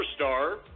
superstar